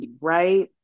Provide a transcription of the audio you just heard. right